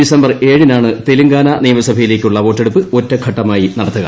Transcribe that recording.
December ഏഴിനാണ് തെലങ്കാന നിയമസഭയിലേക്കുള്ള വോട്ടെടുപ്പ് ഒറ്റഘട്ടമായി നടക്കുക